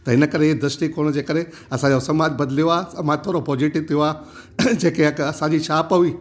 त हिन करे ई द्रष्टीकोण जे करे असांजो समाज बदिलयो आहे समाज थोरो पॉज़िटिव थिहो आहे जेके असांजी शाप हुई